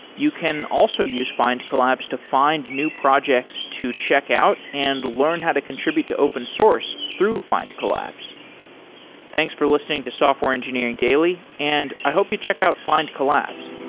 you can also use findcollabs to find new projects to check out and learn how to contribute to open source through findcollabs thanks for listening to software engineering daily and i hope you check out findcollabs